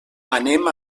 anem